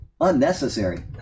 unnecessary